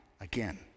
again